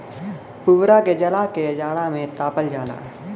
पुवरा के जला के जाड़ा में तापल जाला